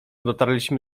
dotarliśmy